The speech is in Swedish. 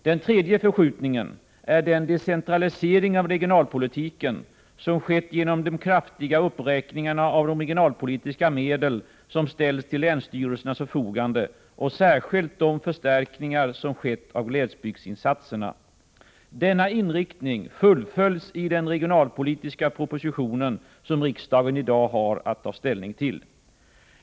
Den tredje förskjutningen är den decentralisering av regionalpolitiken som skett genom de kraftiga uppräkningarna av de regionalpolitiska medel som ställs till länsstyrelsernas förfogande och särskilt de förstärkningar som skett av glesbygdsinsatserna. Denna inriktning fullföljs i den regionalpolitiska propositionen som riksdagen i dag har att ta ställning till.